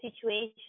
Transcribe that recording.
situation